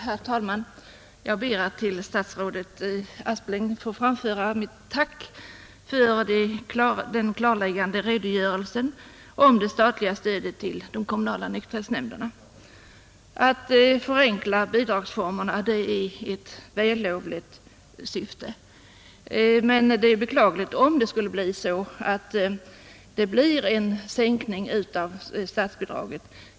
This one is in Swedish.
Herr talman! Jag ber att till statsrådet Aspling få framföra mitt tack för den klarläggande redogörelsen för det statliga stödet till de kommunala nykterhetsnämnderna. Att förenkla bidragsformerna är ett vällovligt syfte, men det är beklagligt om det skulle bli så att statsbidraget sänks.